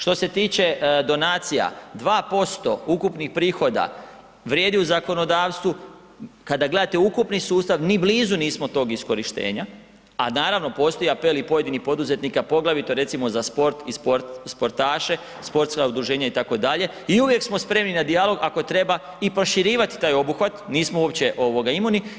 Što se tiče donacija, 2% ukupnih prihoda vrijedi u zakonodavstvu kada gledate ukupni sustav ni blizu nismo tog iskorištenja, a naravno postoje i apeli pojedinih poduzetnika poglavito recimo za sport i sportaše, sportska udruženja itd. i uvijek smo spremni na dijalog i ako treba proširivati taj obuhvat, nismo uopće ovoga imuni.